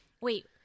Wait